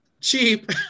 cheap